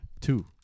two